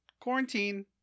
quarantine